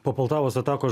po poltavos atakos